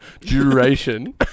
Duration